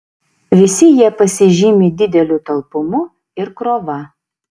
visi jie pasižymi dideliu talpumu ir krova